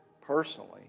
personally